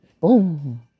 boom